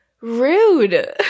Rude